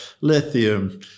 Lithium